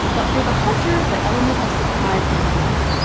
but for the hunter, the element of surprise was enough.